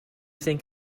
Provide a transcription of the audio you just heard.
think